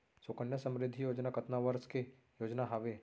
सुकन्या समृद्धि योजना कतना वर्ष के योजना हावे?